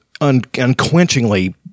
unquenchingly